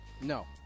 No